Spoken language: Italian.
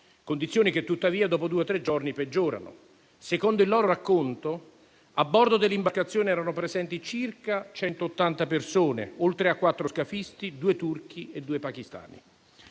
condizioni che, tuttavia, dopo due o tre giorni, peggiorano. Secondo il loro racconto, a bordo dell'imbarcazione erano presenti circa 180 persone, oltre a quattro scafisti, due turchi e due pachistani.